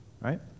Right